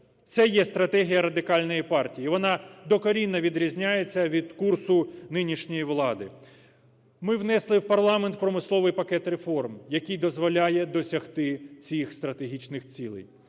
Це є стратегія Радикальної партії, і вона докорінно відрізняється від курсу нинішньої влади. Ми внесли в парламент промисловий пакет реформ, який дозволяє досягти цих стратегічних цілей.